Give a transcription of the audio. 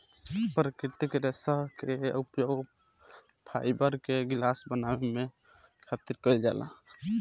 प्राकृतिक रेशा के उपयोग फाइबर के गिलास बनावे खातिर कईल जाला